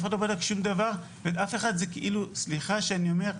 אף אחד לא בדק שום דבר וזה כאילו --- סליחה שאני אומר,